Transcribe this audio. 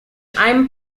einem